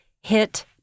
hit